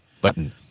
button